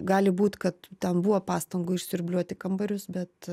gali būt kad ten buvo pastangų išsiurbliuoti kambarius bet